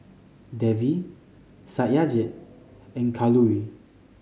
Devi Satyajit and Kalluri